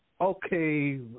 okay